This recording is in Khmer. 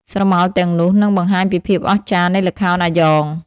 ស្រមោលទាំងនោះនឹងបង្ហាញពីភាពអស្ចារ្យនៃល្ខោនអាយ៉ង។